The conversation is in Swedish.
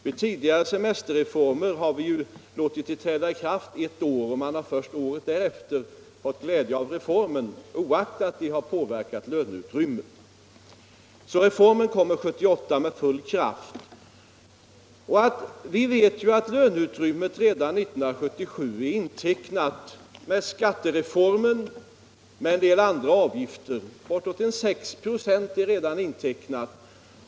Vid tidigare semesterreformer har vi ju låtit systemet träda i kraft ett år, och man har först året därefter fått glädje av reformen, oaktat den har påverkat löneutrymmet. Reformen kommer alltså 1978 med full kraft. Vi vet ju att löneutrymmet 1977 är intecknat med skattereformen och med en del andra ting; bortåt 6 få är redan intecknat.